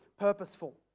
purposeful